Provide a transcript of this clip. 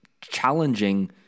challenging